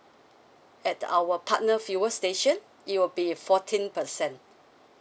at our partner fuel station it will be fourteen percent